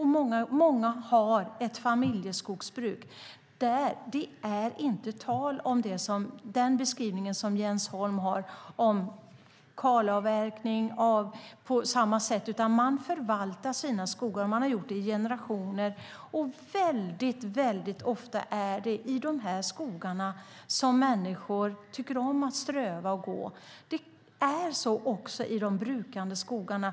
Många har ett familjeskogsbruk. Där är det inte tal om sådan kalavverkning som Jens Holm beskriver, utan man förvaltar sina skogar, vilket man har gjort i generationer. Väldigt ofta är det i de här skogarna som människor tycker om att ströva och gå. Det är så också i de brukade skogarna.